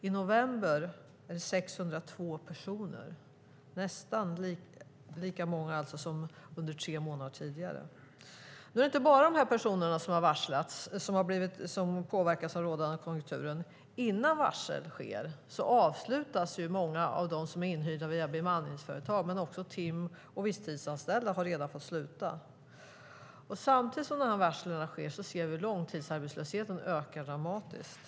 I november var det 602 personer, alltså nästan lika många som under tre månader tidigare. Det är inte bara dessa personer som har varslats som påverkas av den rådande konjunkturen. Innan varsel sker slutar många av dem som är inhyrda via bemanningsföretag, men också tim och visstidsanställda har redan fått sluta. Samtidigt som dessa varsel sker ser vi att långtidsarbetslösheten ökar dramatiskt.